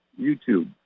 YouTube